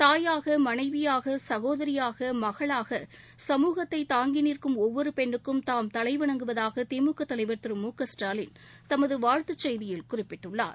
தாயாக மனைவியாக சகோதியாக மகளாக சமூகத்தை தாங்கி நிற்கும் ஒவ்வொரு பெண்ணுக்கும் தாம் தலைவணங்குவதாக திமுக தலைவர் திரு மு க ஸ்டாலின் தமது வாழ்த்துச் செய்தியில் குறிப்பிட்டுள்ளார்